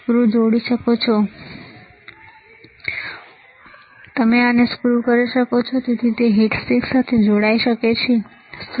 તમે અહીં જુઓ છો કે તમે આને સ્ક્રૂ કરી શકો છો અને હીટ સિંક સાથે જોડી શકો છો